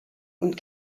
und